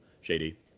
Shady